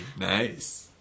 Nice